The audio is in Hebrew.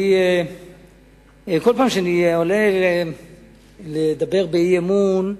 כל פעם שאני עולה לדבר באי-אמון,